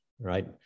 right